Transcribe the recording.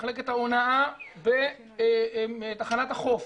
למחלקת ההונאה בתחנת החוף,